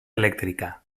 elèctrica